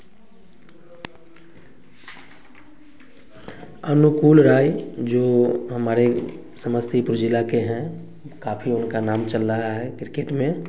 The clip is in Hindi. अनुकूल राय जो हमारे समस्तीपुर जिला के हैं काफ़ी उनका नाम चल रहा है किरकेट में